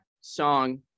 song